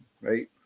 right